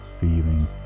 feeling